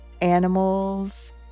animals